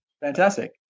Fantastic